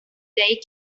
day